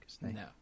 No